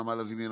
נעמה לזימי,